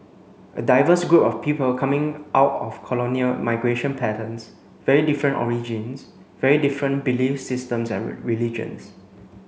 a diverse group of people coming out of colonial migration patterns very different origins very different belief systems and religions